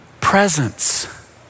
presence